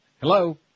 Hello